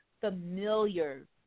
familiar